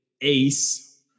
Ace